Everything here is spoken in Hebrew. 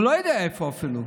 הוא לא יודע איפה אפילו.